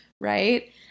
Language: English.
Right